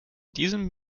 diesem